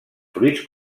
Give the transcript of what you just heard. fruits